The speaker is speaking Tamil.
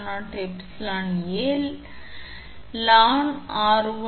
எனவே இந்த மதிப்புகள் அனைத்தும் நமக்குக் கிடைத்துள்ளன என்பது தெரியும் 𝑉 120 0